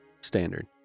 standard